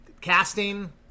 casting